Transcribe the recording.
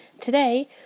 Today